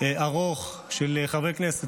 ארוך של חברי כנסת,